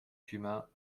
cumin